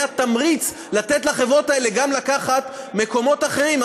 זה התמריץ לתת לחברות האלה גם לקחת מקומות אחרים.